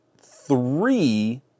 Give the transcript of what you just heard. three